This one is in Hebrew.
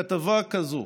כתבה כזאת